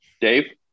Dave